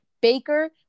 Baker